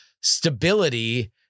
stability